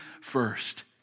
First